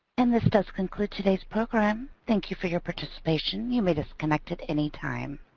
and this does conclude today's program. thank you for your participation. you may disconnect at any time.